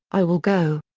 i will go.